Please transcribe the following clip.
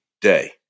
day